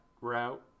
route